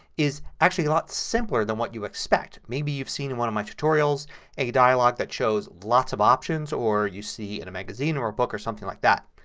is actually a lot simpler than what you expect. maybe you've seen in one of my tutorials a dialogue that shows lots of options or you see in a magazine or a book or something like that.